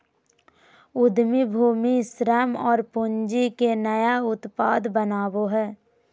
उद्यमी भूमि, श्रम और पूँजी के नया उत्पाद बनावो हइ